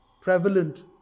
prevalent